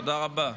תודה רבה.